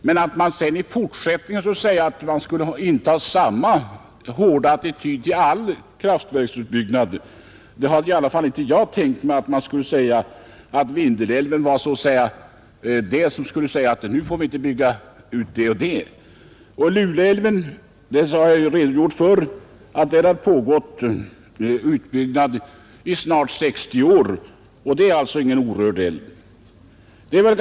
Men att man i fortsättningen skulle inta samma hårda attityd till all kraftverksutbyggnad hade i varje fall inte jag tänkt mig, dvs. att man därefter skulle säga att den eller den älven inte får byggas ut. Luleälven har jag redogjort för — där har pågått utbyggnad i snart 60 år. Den är alltså ingen orörd älv.